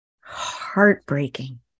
heartbreaking